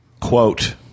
Quote